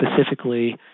specifically